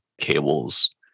Cable's